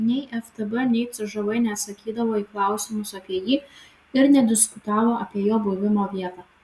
nei ftb nei cžv neatsakydavo į klausimus apie jį ir nediskutavo apie jo buvimo vietą